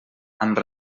amb